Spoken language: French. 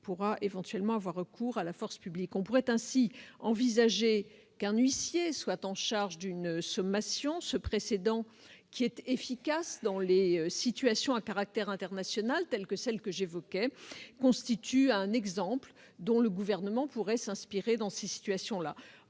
pourra éventuellement avoir recours à la force publique. On pourrait ainsi envisager qu'un huissier soit en charge d'une sommation. Ce précédent qui est efficace dans les situations à caractère international, telles que celles que j'évoquais, constitue un exemple dont le Gouvernement pourrait s'inspirer dans le contexte